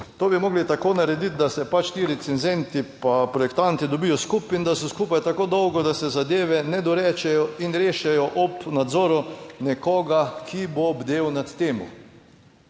To bi morali tako narediti, da se pač ti recenzenti, pa projektanti dobijo skupaj in da so skupaj tako dolgo, da se zadeve ne dorečejo in rešijo ob nadzoru nekoga, ki bo bdel nad tem.